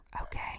Okay